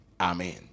Amen